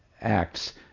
acts